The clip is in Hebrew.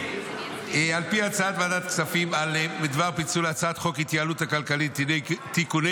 על פי הצעת ועדת הכספים בדבר פיצול הצעת חוק ההתייעלות הכלכלית (תיקוני